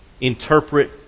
interpret